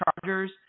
chargers